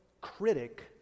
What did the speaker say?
critic